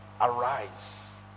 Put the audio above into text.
arise